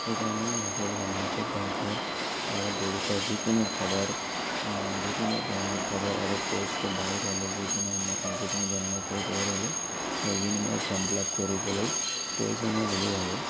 সেইকাৰণে মই সকলো সময়তে বেংকৰ লগত জড়িত যিকোনো খবৰ যিকোনো ধৰণৰ খবৰ আৰু প'ষ্ট বাহিৰ হ'লে যিকোনো সময় যিকোনো ধৰণৰ প'ষ্ট বাহিৰ হ'লে সেইখিনি মই ফৰ্ম ফিল আপ কৰিবলৈ প্ৰয়োজনীয় বুলি ভাবোঁ